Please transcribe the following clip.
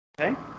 Okay